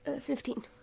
Fifteen